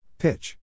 Pitch